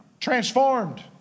transformed